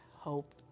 hope